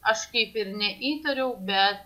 aš kaip ir neįtariau bet